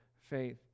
faith